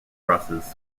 crosses